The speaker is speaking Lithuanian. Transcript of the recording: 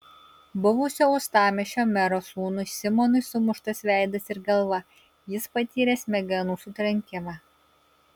buvusio uostamiesčio mero sūnui simonui sumuštas veidas ir galva jis patyrė smegenų sutrenkimą